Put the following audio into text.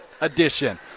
edition